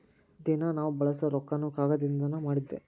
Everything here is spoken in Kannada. ದಿನಾ ನಾವ ಬಳಸು ರೊಕ್ಕಾನು ಕಾಗದದಿಂದನ ಮಾಡಿದ್ದ